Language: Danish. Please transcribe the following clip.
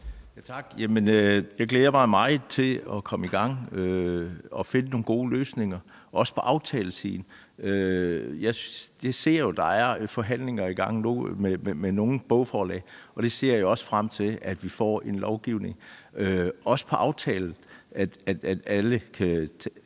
Jamen jeg glæder mig meget til at komme i gang og finde nogle gode løsninger, også på aftalesiden. Jeg ser jo, at der er forhandlinger i gang nu med nogle bogforlag. Jeg ser også frem til, at vi får en lovgivning, også på aftaleområdet,